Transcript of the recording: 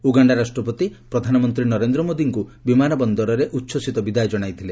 Uganda ରାଷ୍ଟ୍ରପତି ପ୍ରଧାନମନ୍ତ୍ରୀ ନରେନ୍ଦ୍ର ମୋଦିଙ୍କୁ ବିମାନ ବନ୍ଦରରେ ଉଚ୍ଛସିତ ବିଦାୟ ଜଣାଇଥିଲେ